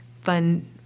fun